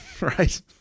Right